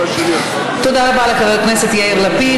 תודה רבה לחבר הכנסת יאיר לפיד.